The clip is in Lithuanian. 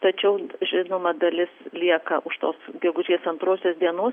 tačiau žinoma dalis lieka už tos gegužės antrosios dienos